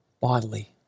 bodily